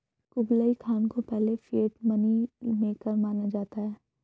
Kublai Khan को पहले fiat money maker माना जाता है